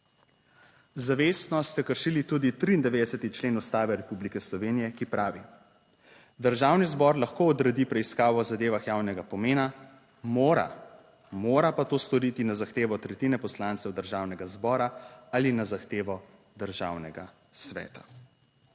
Zavestno ste kršili tudi 93. člen Ustave Republike Slovenije, ki pravi, "Državni zbor lahko odredi preiskavo o zadevah javnega pomena, mora…" - mora - "…pa to storiti na zahtevo tretjine poslancev Državnega zbora ali na zahtevo Državnega sveta."